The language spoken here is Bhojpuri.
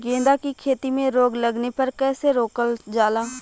गेंदा की खेती में रोग लगने पर कैसे रोकल जाला?